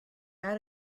add